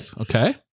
Okay